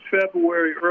February